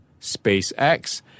SpaceX